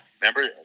Remember